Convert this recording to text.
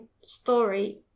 story